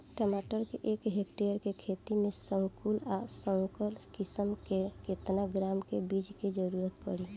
टमाटर के एक हेक्टेयर के खेती में संकुल आ संकर किश्म के केतना ग्राम के बीज के जरूरत पड़ी?